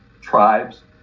tribes